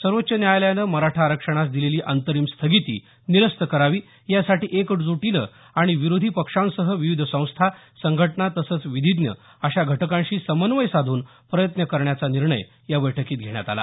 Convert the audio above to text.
सर्वोच्च न्यायालयाने मराठा आरक्षणास दिलेली अंतरिम स्थगिती निरस्त करावी यासाठी एकजुटीनं आणि विरोधी पक्षांसह विविध संस्था संघटना तसंच विधीज्ज्ञ अशा घटकांशी समन्वय साधून प्रयत्न करण्याचा निर्णय या बैठकीत घेण्यात आला